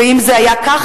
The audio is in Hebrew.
ואם זה היה כך,